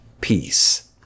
Peace